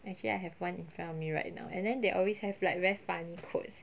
actually I have one in front of me right now and then they always have like very funny quotes